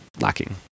lacking